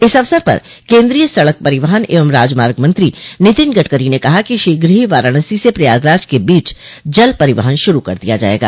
इस अवसर पर केन्द्रीय सड़क परिवहन एवं राजमार्ग मंत्री नितिन गडकरी ने कहा कि शीघ्र ही वाराणसी से प्रयागराज के बीच जल परिवहन शुरू कर दिया जायेगा